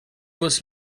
was